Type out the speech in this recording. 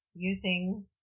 using